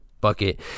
bucket